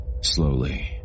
Slowly